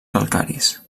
calcaris